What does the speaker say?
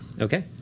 Okay